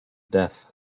death